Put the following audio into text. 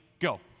go